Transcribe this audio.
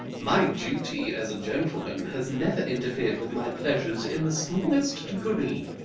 my duty as a gentleman has never interfered with my pleasures in the smallest degree.